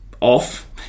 off